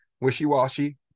wishy-washy